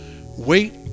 wait